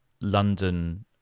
London